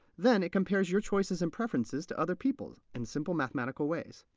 then it compares your choices and preferences to other people's in simple, mathematical ways.